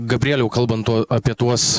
gabrieliau kalbant tuo apie tuos